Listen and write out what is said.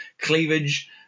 cleavage